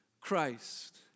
Christ